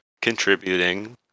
contributing